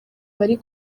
bari